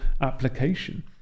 application